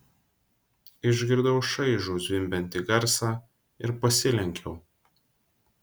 išgirdau šaižų zvimbiantį garsą ir pasilenkiau